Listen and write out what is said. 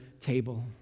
table